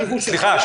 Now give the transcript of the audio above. סליחה,